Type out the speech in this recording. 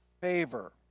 favor